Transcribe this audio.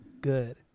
good